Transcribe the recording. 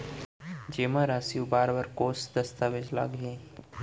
जेमा राशि उबार बर कोस दस्तावेज़ लागही?